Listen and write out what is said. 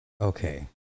Okay